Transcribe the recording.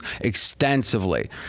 extensively